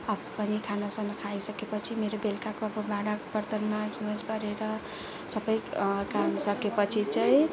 आफू पनि खाना साना खाइसकेपछि मेरो बेलुकाको अब भाँडा बर्तन माझमुझ पारेर सबै काम सकेपछि चाहिँ